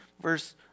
verse